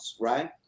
right